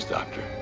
Doctor